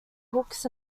hooks